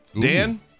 Dan